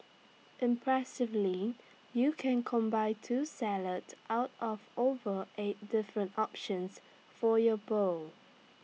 impressively you can combine two salads out of over eight different options for your bowl